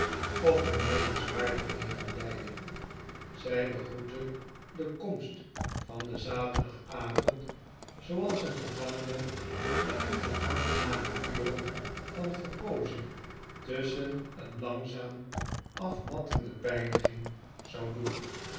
of benijdenswaardig leven leidde zij begroette de komst van den zaterdagavond zooals een gevangene de enkele aangename uren van verpoozing tusschen een langzaam afmattende pijniging zou doen